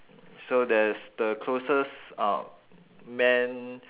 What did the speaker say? so there's the closest um man